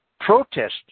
protest